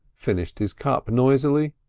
finished his cup noisily,